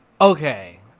Okay